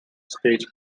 stage